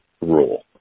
rule